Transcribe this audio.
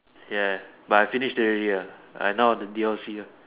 ya but I finish it already ya I now the D_L_C ah